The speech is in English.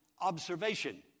observation